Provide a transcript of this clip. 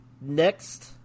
Next